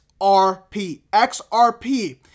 XRP